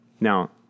Now